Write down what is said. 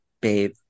babe